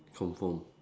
confirm